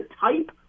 type